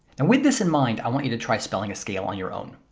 and with this in mind, i want you to try spelling a scale on your own.